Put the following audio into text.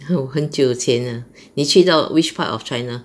很久前 ah 你去到 which part of china